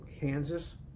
Kansas